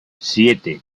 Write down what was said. siete